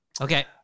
Okay